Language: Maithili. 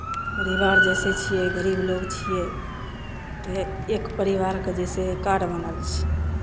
परिवार जइसे छियै गरीब लोक छियै तऽ एक परिवारके जइसे कार्ड बनल छै